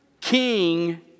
king